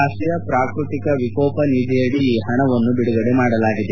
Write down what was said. ರಾಷ್ಟೀಯ ಪ್ರಾಕೃತಿಕ ವಿಕೋಪ ನಿಧಿಯಡಿ ಈ ಪಣವನ್ನು ಬಿಡುಗಡೆ ಮಾಡಲಾಗಿದೆ